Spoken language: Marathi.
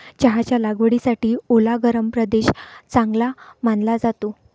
चहाच्या लागवडीसाठी ओला गरम प्रदेश चांगला मानला जातो